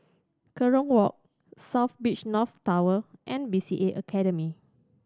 Kerong Walk South Beach North Tower and B C A Academy